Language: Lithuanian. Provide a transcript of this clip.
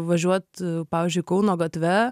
važiuot pavyzdžiui kauno gatve